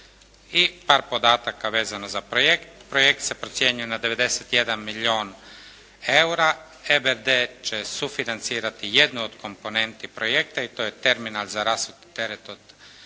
par podataka vezano za projekt. Projekt se procjenjuje na 91 milijun eura. EBRD će sufinancirati jednu od komponenti projekta i to je terminal za rasuti teret